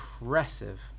impressive